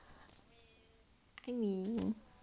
I mean